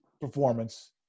performance